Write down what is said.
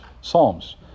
psalms